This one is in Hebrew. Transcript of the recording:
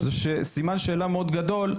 זה סימן שאלה מאוד גדול,